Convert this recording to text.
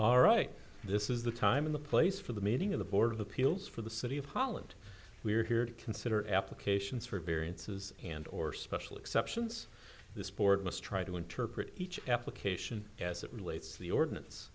all right this is the time in the place for the meeting of the board of appeals for the city of holland we're here to consider applications for variances and or special exceptions the sport must try to interpret each application as it relates to the ordinance